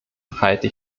halte